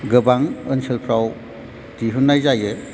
गोबां ओनसोलफ्राव दिहुननाय जायो